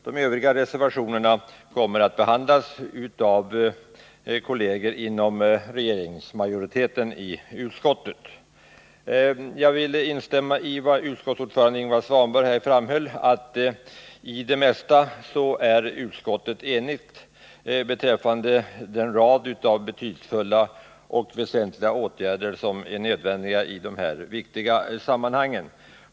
De övriga reservationerna kommer att behandlas av kolleger inom regeringspartiernas majoritet i utskottet. Jag vill instämma i det utskottsordförande Ingvar Svanberg framhöll. nämligen att utskottet är enigt i det mesta som rör en rad av betydelsefulla och nödvändiga åtgärder i de här viktiga sammanhangen.